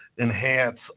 enhance